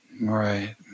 right